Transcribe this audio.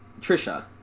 Trisha